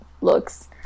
looks